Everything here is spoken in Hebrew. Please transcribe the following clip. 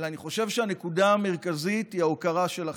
אלא אני חושב שהנקודה המרכזית היא ההוקרה של החברה.